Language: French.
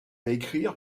écrire